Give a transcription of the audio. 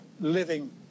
living